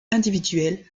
individuelles